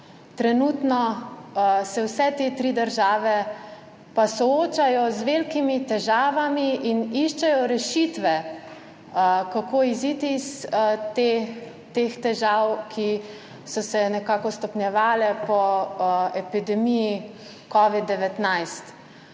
tudi, da se vse te tri države trenutno soočajo z velikimi težavami in iščejo rešitve, kako iziti iz teh težav, ki so se nekako stopnjevale po epidemiji covid-19.